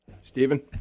Stephen